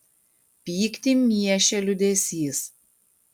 pyktį miešė liūdesys